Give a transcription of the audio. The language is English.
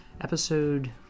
episode